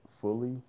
fully